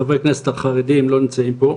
חברי הכנסת החרדים לא נמצאים פה,